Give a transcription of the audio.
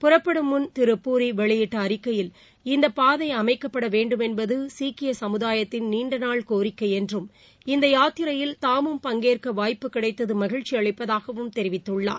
புறப்படும் முன் திரு பூரி வெளியிட்ட அறிக்கையில் இந்த பாதை அமைக்கப்பட வேண்டும் என்பது சீக்கி சமுதாயத்தின் நீண்டநாள் கோரிக்கை என்றும் இந்த யாத்திரையில் தாமும் பங்கேற்க வாய்ப்பு கிடைத்தது மகிழ்ச்சி அளிப்பதாகவும் தெரிவித்துள்ளார்